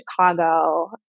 Chicago